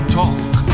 talk